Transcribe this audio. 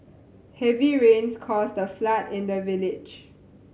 heavy rains caused a flood in the village